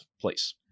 place